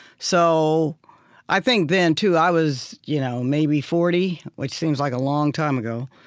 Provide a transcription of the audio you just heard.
so i think then, too, i was you know maybe forty, which seems like a long time ago.